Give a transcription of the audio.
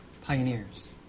Pioneers